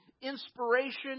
inspiration